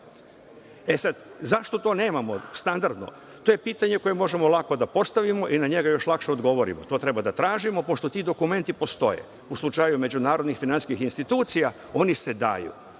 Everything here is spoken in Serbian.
zašto to nemamo standardno? To je pitanje koje možemo lako da postavimo i na njega još lakše odgovorimo, to treba da tražimo, pošto ti dokumenti postoje u slučaju međunarodnih finansijskih institucija oni se daju.